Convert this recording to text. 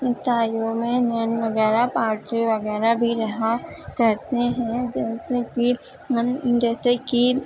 تایوں میں نین وغیرہ پارٹی وغیرہ بھی رہا کرتے ہیں جیسے کہ ہم جیسے کہ